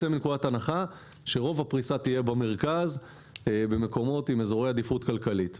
מנקודת הנחה שרוב הפריסה תהיה במרכז במקומות עם אזורי עדיפות כלכלית.